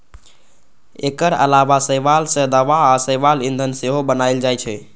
एकर अलावा शैवाल सं दवा आ शैवाल ईंधन सेहो बनाएल जाइ छै